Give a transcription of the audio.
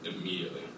immediately